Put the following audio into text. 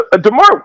DeMar